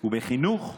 הוא בחינוך ובבריאות.